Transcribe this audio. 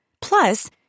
Plus